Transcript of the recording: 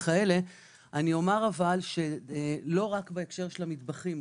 אבל אני אומר שלא רק בהקשר של המטבחים,